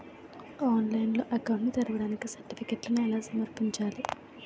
ఆన్లైన్లో అకౌంట్ ని తెరవడానికి సర్టిఫికెట్లను ఎలా సమర్పించాలి?